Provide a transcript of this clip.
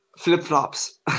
Flip-flops